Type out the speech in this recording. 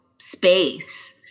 space